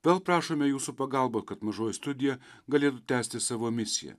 vėl prašome jūsų pagalbą kad mažoji studija galėtų tęsti savo misiją